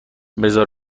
بزار